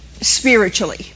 spiritually